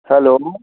hello